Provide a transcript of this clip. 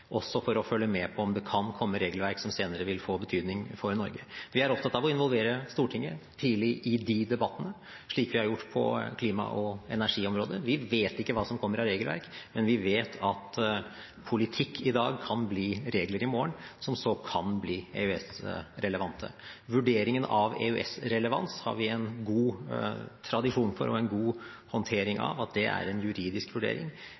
også for å følge med på om det kan komme regelverk som senere vil få betydning for Norge. Vi er opptatt av å involvere Stortinget tidlig i de debattene, slik vi har gjort på klima- og energiområdet. Vi vet ikke hva som kommer av regelverk, men vi vet at politikk i dag kan bli regler i morgen, som så kan bli EØS-relevante. Når det gjelder vurderingen av EØS-relevans, har vi en god tradisjon for og en god håndtering av at det er en juridisk vurdering.